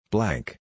Blank